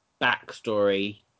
backstory